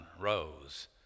rose